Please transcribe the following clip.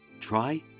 try